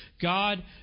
God